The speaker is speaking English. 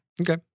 Okay